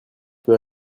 peux